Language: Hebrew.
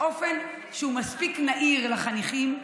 באופן שהוא מספיק נהיר לחניכים,